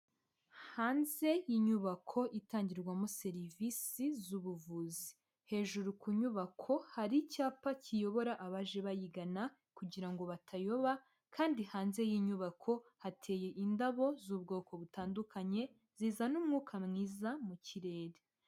Hanze y'inyubako itangirwamo serivisi z'ubuvuzi, hejuru ku nyubako hari icyapa kiyobora abaje bayigana kugira ngo batayoba, kandi hanze y'inyubako hateye indabo z'ubwoko butandukanye, zizana umwuka mwiza mu kirere.